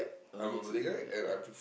oh you yourself is Malay guy ya